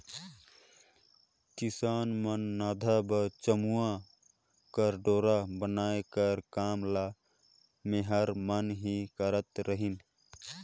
किसान मन ल नाधा बर चमउा कर डोरा बनाए कर काम ल मेहर मन ही करत रहिन